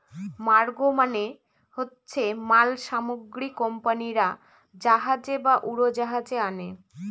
cargo মানে হচ্ছে মাল সামগ্রী কোম্পানিরা জাহাজে বা উড়োজাহাজে আনে